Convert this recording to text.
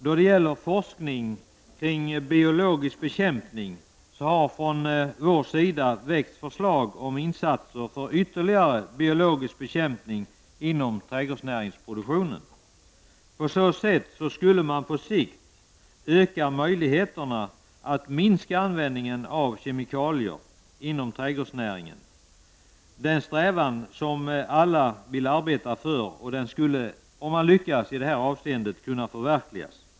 Då det gäller forskning kring biologisk bekämpning har från vår sida väckts förslag om insatser för ytterligare biologisk bekämpning inom trädgårdsproduktionen. På så sätt skulle man på sikt kunna öka möjligheterna att minska användningen av kemikalier inom trädgårdsnäringen. Det är ett mål som alla vill arbeta för och det skulle, om man lyckas i det här avseendet, kunna förverkligas.